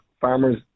farmers